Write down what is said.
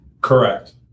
Correct